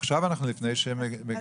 עכשיו אנחנו לפני שמגבשים את הנוסח.